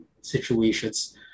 situations